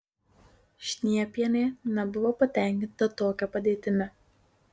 šniepienė nebuvo patenkinta tokia padėtimi